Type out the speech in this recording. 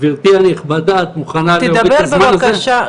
גברתי הנכבדה, את מוכנה להוריד את הזמן הזה?